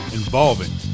involving